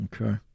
Okay